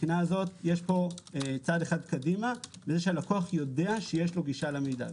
יש פה צעד אחד קדימה הלקוח יודע שיש לו גישה למידע.